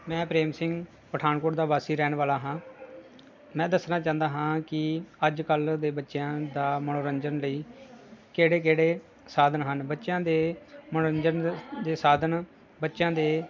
ਮੈਂ ਪ੍ਰੇਮ ਸਿੰਘ ਪਠਾਨਕੋਟ ਦਾ ਵਾਸੀ ਰਹਿਣ ਵਾਲਾ ਹਾਂ ਮੈਂ ਦੱਸਣਾ ਚਾਹੁੰਦਾ ਹਾਂ ਕਿ ਅੱਜ ਕੱਲ੍ਹ ਦੇ ਬੱਚਿਆਂ ਦਾ ਮਨੋਰੰਜਨ ਲਈ ਕਿਹੜੇ ਕਿਹੜੇ ਸਾਧਨ ਹਨ ਬੱਚਿਆਂ ਦੇ ਮਨੋਰੰਜਨ ਦੇ ਸਾਧਨ ਬੱਚਿਆਂ ਦੇ